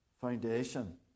foundation